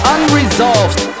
Unresolved